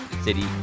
city